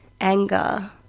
anger